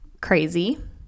crazy